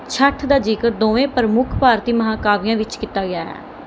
ਛੱਠ ਦਾ ਜ਼ਿਕਰ ਦੋਵੇਂ ਪ੍ਰਮੁੱਖ ਭਾਰਤੀ ਮਹਾਂਕਾਵਿਆਂ ਵਿੱਚ ਕੀਤਾ ਗਿਆ ਹੈ